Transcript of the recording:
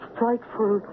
frightful